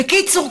בקיצור,